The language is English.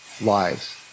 lives